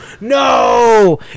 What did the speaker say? No